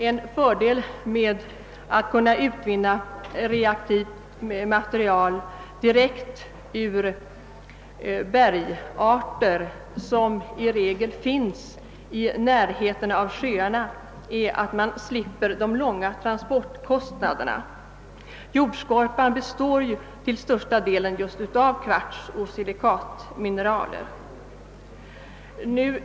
En fördel med att reaktivt material kan utvinnas direkt ur bergarter, som i regel finns i närheten av sjöarna, är att man slipper de långa transporterna och kostnaderna för dessa. Jordskorpan består ju till största delen av just kvartsoch silikatmineraler.